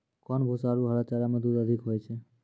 कोन भूसा आरु हरा चारा मे दूध अधिक होय छै?